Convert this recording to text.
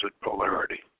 polarity